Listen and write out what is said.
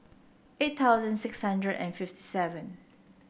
eight thousand six hundred and fifty seven